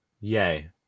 Yay